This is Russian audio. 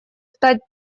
стать